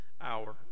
hour